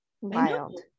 Wild